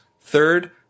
third